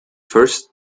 first